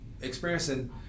experiencing